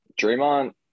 Draymond